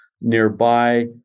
nearby